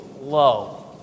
low